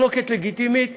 מחלוקת לגיטימית